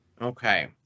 Okay